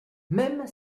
même